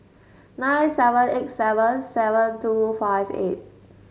nine seven eight seven seven two five eight